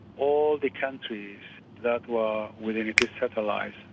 all the countries that were within it as satellites,